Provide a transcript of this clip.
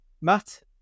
Matt